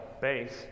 base